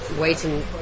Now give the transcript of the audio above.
waiting